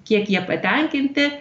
kiek jie patenkinti